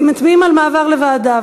מצביעים על מעבר לוועדה.